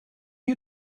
you